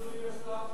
אדוני השר,